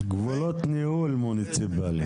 גבולות ניהול מוניציפלי.